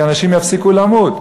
כי אנשים יפסיקו למות.